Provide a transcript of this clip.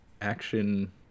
action